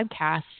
podcasts